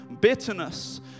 bitterness